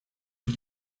sie